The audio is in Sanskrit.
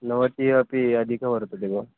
भवति अपि अधिकः वर्तते भो